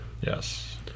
Yes